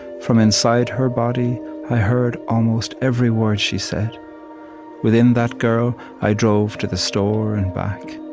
from inside her body i heard almost every word she said within that girl i drove to the store and back,